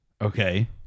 Okay